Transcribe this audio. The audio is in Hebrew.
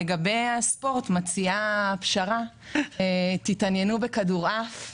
לגבי הספורט אני מציעה פשרה: תתעניינו בכדורעף,